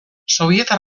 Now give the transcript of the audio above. sobietar